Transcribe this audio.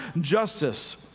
justice